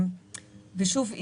ושוב,